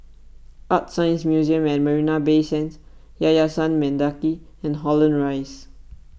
ArtScience Museum at Marina Bay Sands Yayasan Mendaki and Holland Rise